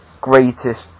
greatest